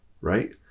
right